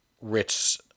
rich